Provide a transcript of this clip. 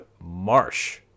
Marsh